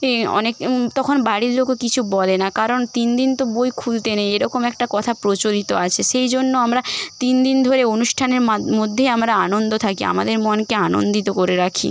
এই অনেকে তখন বাড়ির লোকও কিছু বলে না কারণ তিন দিন তো বই খুলতে নেই এরকম একটা কথা প্রচলিত আছে সেই জন্য আমরা তিন দিন ধরে অনুষ্ঠানের মা মধ্যেই আমরা আনন্দ থাকি আমাদের মনকে আনন্দিত করে রাখি